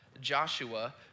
Joshua